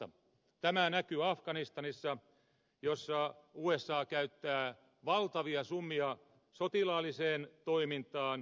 tämä näkyy afganistanissa jossa usa käyttää valtavia summia sotilaalliseen toimintaan